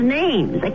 names